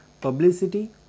publicity